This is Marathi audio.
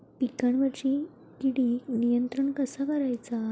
पिकावरची किडीक नियंत्रण कसा करायचा?